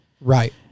right